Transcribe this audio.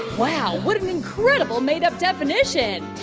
wow, what an incredible made-up definition.